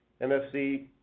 MFC